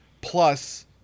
plus